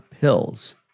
pills